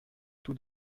tout